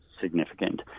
Significant